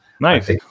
Nice